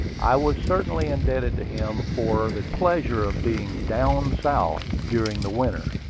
i was certainly indebted to him for the pleasure of being down south during the winter,